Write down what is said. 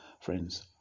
friends